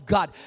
God